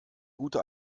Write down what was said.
gute